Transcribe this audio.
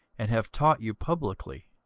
and have taught you publickly,